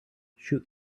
shoot